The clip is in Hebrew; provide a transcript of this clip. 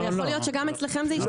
ויכול להיות שגם אצלכם זה ישתפר.